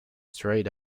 straight